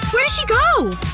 where did she go?